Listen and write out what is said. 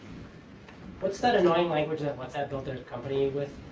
what's that annoying language that whatsapp built their company with?